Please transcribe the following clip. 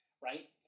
right